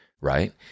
right